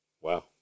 Wow